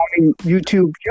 youtube